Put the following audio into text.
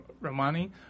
Romani